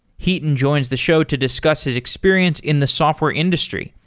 hiten joins the show to discuss his experience in the software industry,